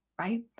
right